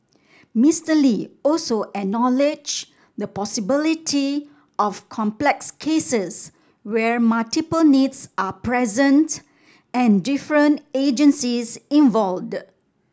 Mister Lee also acknowledged the possibility of complex cases where multiple needs are present and different agencies involved